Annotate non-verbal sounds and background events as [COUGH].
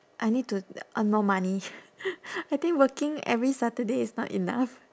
I need to earn more money [NOISE] I think working every saturday is not enough